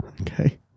Okay